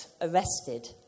arrested